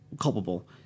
culpable